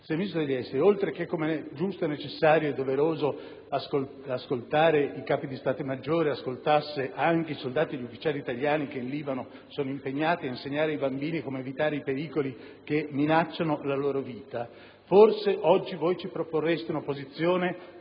della difesa e degli esteri oltre che ascoltare, come è giusto, necessario e doveroso, i Capi di Stato maggiore, ascoltassero anche i soldati e gli ufficiali italiani che in Libano sono impegnati ad insegnare ai bambini come evitare i pericoli che minacciano la loro vita, forse oggi ci proporrebbero una posizione